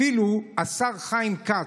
אפילו השר חיים כץ,